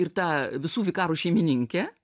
ir ta visų vikarų šeimininkė